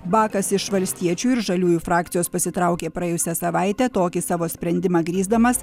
bakas iš valstiečių ir žaliųjų frakcijos pasitraukė praėjusią savaitę tokį savo sprendimą grįsdamas